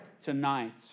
Tonight